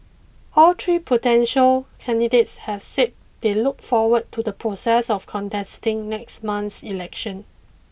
all three potential candidates have said they look forward to the process of contesting next month's election